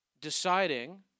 deciding